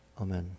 Amen